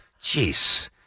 Jeez